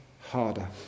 harder